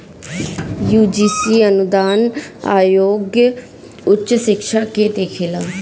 UGC अनुदान आयोग उच्च शिक्षा के देखेला